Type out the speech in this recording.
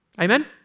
Amen